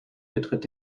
betritt